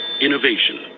Innovation